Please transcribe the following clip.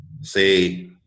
say